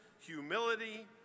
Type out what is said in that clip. humility